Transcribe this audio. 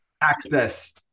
access